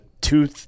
two